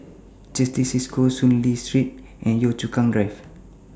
Certis CISCO Soon Lee Street and Yio Chu Kang Drive